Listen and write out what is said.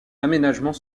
aménagements